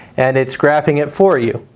and it's graphing it for you.